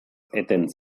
eten